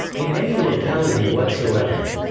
in any locality whatsoever.